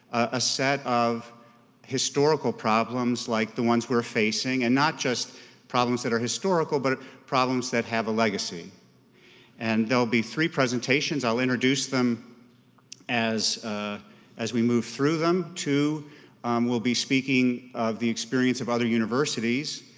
a set of historical problems like the ones we're facing and not just problems that are historical, but problems that have a legacy and there'll be three presentations. i'll introduce them as ah as we move through them. two will be speaking of the experience of other universities,